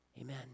Amen